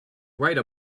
write